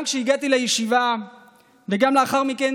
גם כשהגעתי לישיבה וגם לאחר מכן,